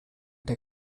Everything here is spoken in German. der